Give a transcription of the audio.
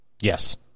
Yes